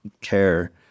care